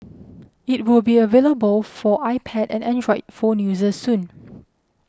it will be available for iPad and Android phone users soon